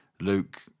Luke